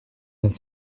vingt